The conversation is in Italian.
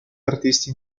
artisti